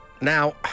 Now